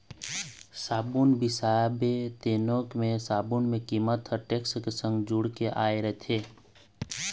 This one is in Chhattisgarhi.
साबून बिसाबे तेनो म साबून के कीमत ह टेक्स के संग जुड़ के आय रहिथे